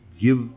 give